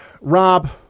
Rob